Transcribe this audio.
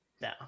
No